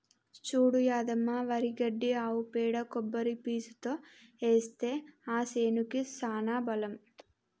చూడు యాదమ్మ వరి గడ్డి ఆవు పేడ కొబ్బరి పీసుతో ఏస్తే ఆ సేనుకి సానా బలం